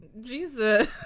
jesus